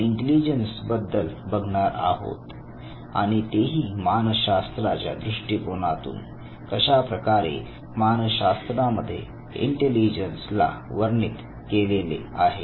आपण इंटेलिजन्स बद्दल बघणार आहोत आणि तेही मानसशास्त्राच्या दृष्टिकोनातून कशाप्रकारे मानसशास्त्रामध्ये इंटेलिजन्स ला वर्णित केलेले आहे